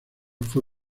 fue